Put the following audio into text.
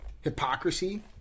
hypocrisy